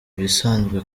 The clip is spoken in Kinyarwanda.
ibisanzwe